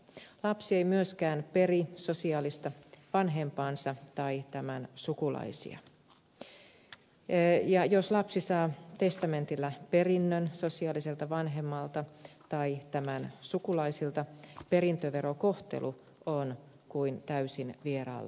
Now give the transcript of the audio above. lapsi ei myöskään peri sosiaalista vanhempaansa tai tämän sukulaisia ja jos lapsi saa testamentilla perinnön sosiaaliselta vanhemmalta tai tämän sukulaisilta perintöverokohtelu on kuin täysin vieraalla henkilöllä